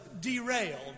derailed